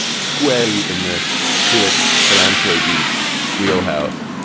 squarely in the felix philanthropy geek wheelhouse.